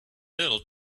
little